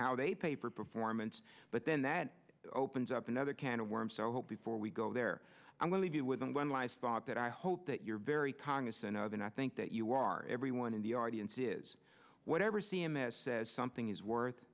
how they pay for performance but then that opens up another can of worms so hope before we go there i'm going to be with them one last thought that i hope that you're very cognizant of and i think that you are everyone in the audience is whatever c m s says something is worth